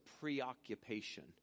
preoccupation